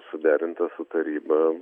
suderintas su taryba